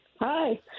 Hi